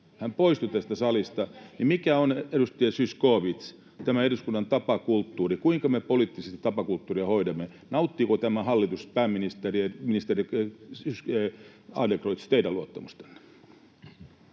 hän poistui tästä salista. Mikä on, edustaja Zyskowicz, tämä eduskunnan tapakulttuuri, kuinka me poliittisesti tapakulttuuria hoidamme? Nauttiiko tämä hallitus, pääministeri ja ministeri Adlercreutz, teidän luottamustanne?